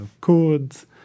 chords